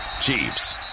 Chiefs